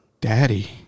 daddy